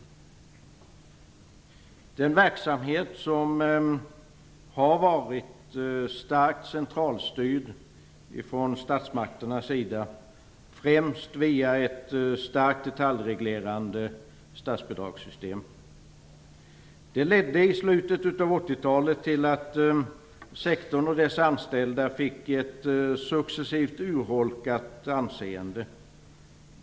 Det är en verksamhet som har varit starkt centralstyrd från statsmakternas sida, främst via ett starkt detaljreglerande statsbidragssystem. Det ledde i slutet av 80-talet till att denna sektor och dess anställda fick ett successivt urholkat anseende.